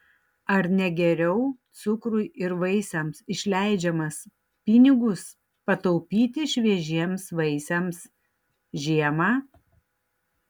ar ne geriau cukrui ir vaisiams išleidžiamas pinigus pataupyti šviežiems vaisiams žiemą